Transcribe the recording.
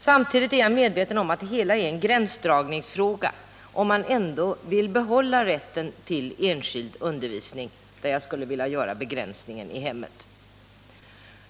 Samtidigt är jag medveten om att det hela är en gränsdragningsfråga, om man ändå vill behålla rätten till enskild undervisning, där jag skulle vilja göra begränsningen ”i hemmet”.